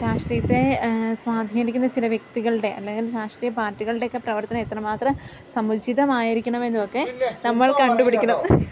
രാഷ്ട്രീയത്തെ സ്വാധീനിക്കുന്ന ചില വ്യക്തികളുടെ അല്ലെങ്കിൽ രാഷ്ട്രീയ പാർട്ടികളുടെയൊക്കെ പ്രവർത്തനം എത്രമാത്രം സമുചിതമായിരിക്കണം എന്നുമൊക്കെ നമ്മൾ കണ്ടുപിടിക്കണം